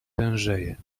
tężeje